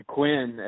Quinn